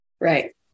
Right